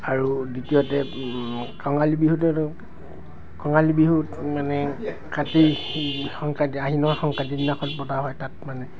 আৰু দ্বিতীয়তে কঙালী বিহুটো এইটো কঙালী বিহুত মানে কাতি সংক্ৰান্তি আহিনৰ সংক্ৰান্তিৰ দিনাখন পতা হয় তাত মানে